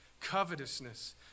covetousness